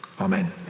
Amen